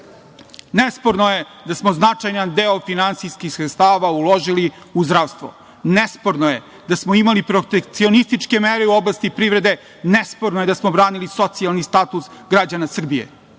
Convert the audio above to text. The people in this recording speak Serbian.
preživi. Nesporno je da smo značajan deo finansijskih sredstava uložili u zdravstvo, nesporno je da smo imali protekcionističke mere u oblasti privrede, nesporno je da smo branili socijalni status građana Srbije.